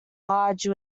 large